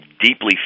deeply